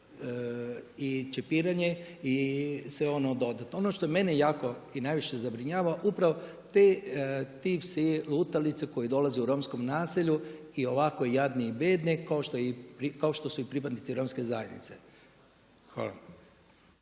i čipiranje i sve dodatno. Ono što mene jako i najviše zabrinjava, upravo ti psi lutalice koji dolaze u romskom naselju, i ovako jadni i bijedi kao što su i pripadnici romske zajednice. Hvala.